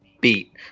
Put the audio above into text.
beat